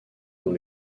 dans